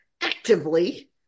actively